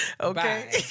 Okay